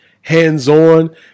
hands-on